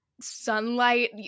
sunlight